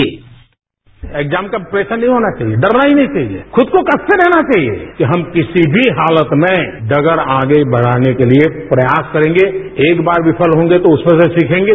sound bite exam का pressure नहीं होना चाहिए डरना ही नहीं चाहिए खुद को कसते रहना चाहिए कि हम किसी भी हालत में डगर आगे बढ़ाने के लिए प्रयास करेंगे एक बार विफल होंगे तो उसमें से सीखेंगे